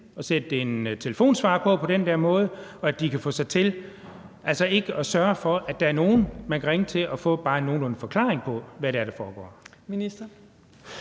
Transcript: at sætte en telefonsvarer på på den der måde, eller at de kan få sig selv til ikke at sørge for, at der er nogle, man kan ringe til og få bare en nogenlunde forklaring på, hvad det er,